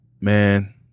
Man